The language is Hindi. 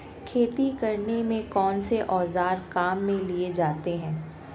खेती करने में कौनसे औज़ार काम में लिए जाते हैं?